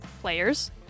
players